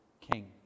king